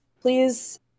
please